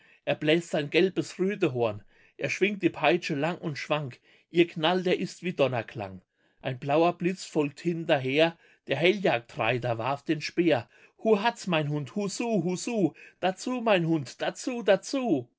er bläst sein gelbes rüdehorn er schwingt die peitsche lang und schwank ihr knall der ist wie donnerklang ein blauer blitz folgt hinterher der helljagdreiter warf den speer hu hatz mein hund hu su hu su dazu mein hund dazu dazu